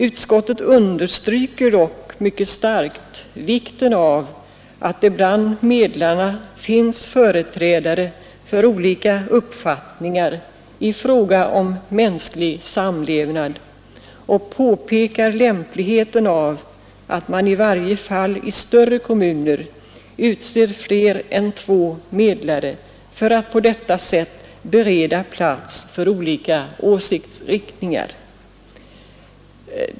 Utskottet understryker dock mycket starkt vikten av att ibland medlarna finns företrädare för olika uppfattningar i fråga om mänsklig samlevnad och påpekar lämpligheten av att man i varje fall i större kommuner utser fler än två medlare för att på detta sätt bereda plats för olika åsiktsriktningar.